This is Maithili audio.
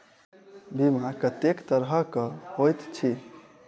बीमा कत्तेक तरह कऽ होइत छी?